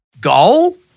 Goal